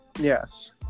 Yes